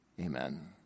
amen